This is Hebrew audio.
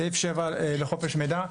סעיף 7 לחופש מידע,